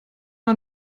mal